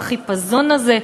בחיפזון הזה,